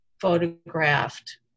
photographed